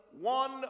one